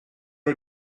are